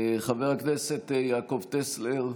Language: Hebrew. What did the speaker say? חבר הכנסת יעקב טסלר,